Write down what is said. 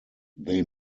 they